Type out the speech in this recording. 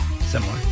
similar